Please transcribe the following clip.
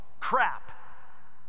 crap